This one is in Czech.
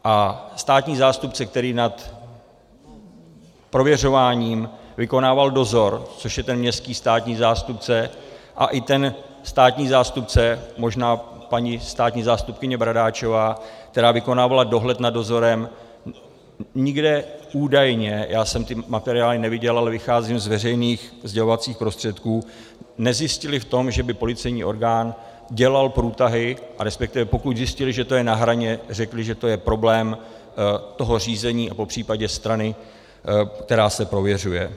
A státní zástupce, který nad prověřováním vykonával dozor, což je ten městský státní zástupce, a i ten státní zástupce, možná paní státní zástupkyně Bradáčová, která vykonávala dohled nad dozorem, nikde údajně já jsem ty materiály neviděl, ale vycházím z veřejných sdělovacích prostředků nezjistili v tom, že by policejní orgán dělal průtahy, a respektive pokud zjistili, že to je na hraně, řekli, že to je problém toho řízení, popřípadě strany, která se prověřuje.